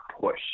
push